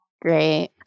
Great